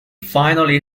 finally